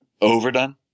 overdone